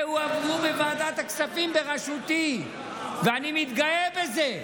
הועברו בוועדת הכספים בראשותי, ואני מתגאה בזה.